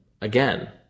again